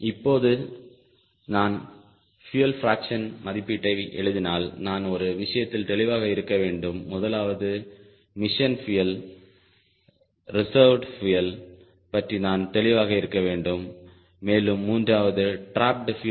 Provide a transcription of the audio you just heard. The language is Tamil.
இப்போது நான் பியூயல் பிராக்சன் மதிப்பீட்டை பற்றி எழுதினால் நான் ஒரு விஷயத்தில் தெளிவாக இருக்க வேண்டும் முதலாவது மிஷன் பியூயல் ரிசெர்வ் பியூயல் பற்றி நான் தெளிவாக இருக்க வேண்டும் மேலும் மூன்றாவது ட்ராப்ட்டு பியூயல்